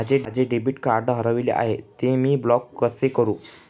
माझे debit card हरविले आहे, ते मी ब्लॉक कसे करु?